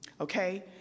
okay